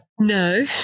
No